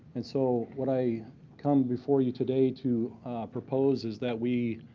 and so what i come before you today to propose is that we,